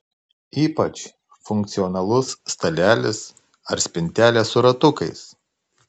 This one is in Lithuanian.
ypač funkcionalus stalelis ar spintelė su ratukais